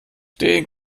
den